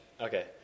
Okay